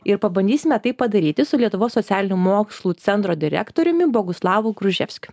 ir pabandysime tai padaryti su lietuvos socialinių mokslų centro direktoriumi boguslavu gruževskiu